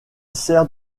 sert